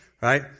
right